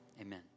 Amen